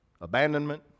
abandonment